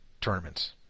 tournaments